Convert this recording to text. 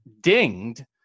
dinged